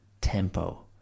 tempo